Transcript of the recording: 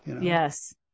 Yes